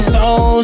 Soul